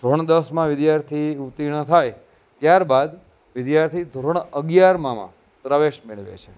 ધોરણ દસમાં વિદ્યાર્થી ઉત્તીર્ણ થાય ત્યારબાદ વિદ્યાર્થી ધોરણ અગિયારમાં પ્રવેશ મેળવે છે